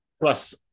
Plus